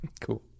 cool